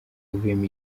wavuyemo